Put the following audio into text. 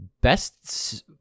Best